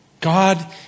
God